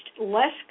less